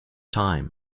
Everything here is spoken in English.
time